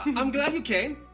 i'm glad you came,